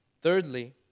Thirdly